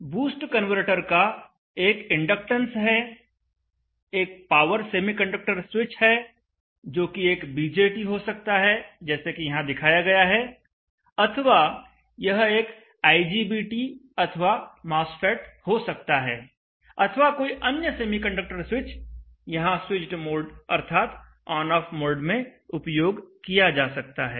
boost converter का एक inductance है एक पावर सेमीकंडक्टर स्विच है जो कि एक बीजेटी हो सकता है जैसे कि यहां दिखाया गया है अथवा यह एक आईजीबीटी अथवा मॉस्फेट हो सकता है अथवा कोई अन्य सेमीकंडक्टर स्विच यहां स्विच्ड मोड अर्थात ऑन ऑफ मोड में उपयोग किया जा सकता है